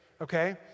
okay